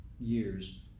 years